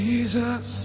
Jesus